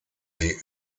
wie